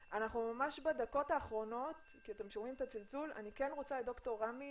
בדקות האחרונות אני מבקשת לשמוע את ד"ר רמי